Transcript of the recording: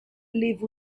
live